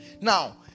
Now